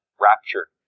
rapture